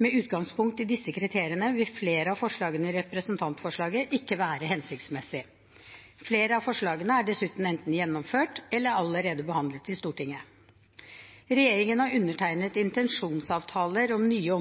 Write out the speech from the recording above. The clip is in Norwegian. Med utgangspunkt i disse kriteriene vil flere av forslagene i representantforslaget ikke være hensiktsmessig. Flere av forslagene er dessuten enten gjennomført eller allerede behandlet i Stortinget. Regjeringen har undertegnet intensjonsavtaler om nye